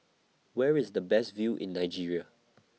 Where IS The Best View in Nigeria